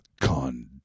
con